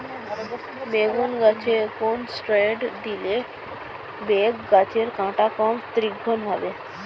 বেগুন গাছে কোন ষ্টেরয়েড দিলে বেগু গাছের কাঁটা কম তীক্ষ্ন হবে?